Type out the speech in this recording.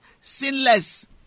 sinless